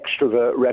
extrovert